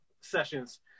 sessions